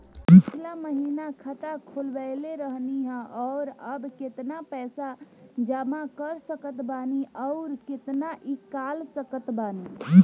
पिछला महीना खाता खोलवैले रहनी ह और अब केतना पैसा जमा कर सकत बानी आउर केतना इ कॉलसकत बानी?